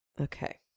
okay